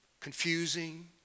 confusing